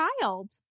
child